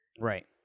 Right